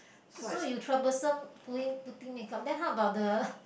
so you troublesome pulling putting makeup then how about the